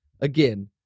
Again